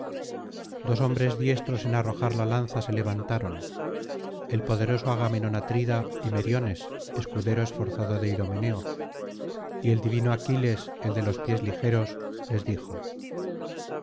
dos hombres diestros en arrojar la lanza se levantaron el poderoso agamenón atrida y meriones escudero esforzado de idomeneo y el divino aquiles el de los pies ligeros les dijo